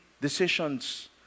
decisions